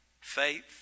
faith